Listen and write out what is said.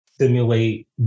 simulate